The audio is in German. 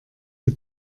die